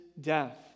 death